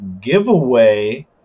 giveaway